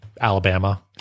Alabama